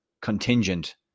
contingent